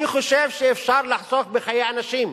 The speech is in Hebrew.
אני חושב שאפשר לחסוך בחיי אנשים.